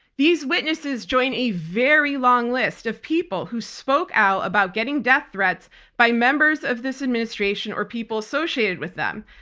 these witnesses join a very long list of people who spoke out about getting death threats by members of this administration, or people associated with them,